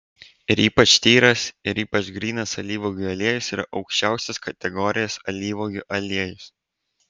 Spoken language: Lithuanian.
ir ypač tyras ir ypač grynas alyvuogių aliejus yra aukščiausios kategorijos alyvuogių aliejus